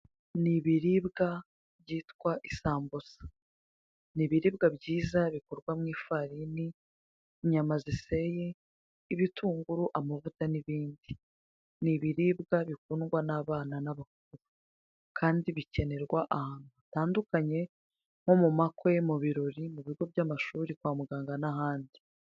Ni ibiribwa byitwa isambusa ni ibiribwa byiza bikorwa mu ifarini, inyama ziseye, ibitunguru, amavuta n'ibindi, ni ibiribwa bikundwa n'abana n'abakuru kandi bikenerwa ahantu hatandukanye nko mu makwe, ibiror,i mu mashuri, kwa muganga n'ahandi.